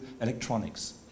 electronics